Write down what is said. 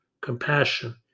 compassion